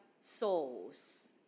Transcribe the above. souls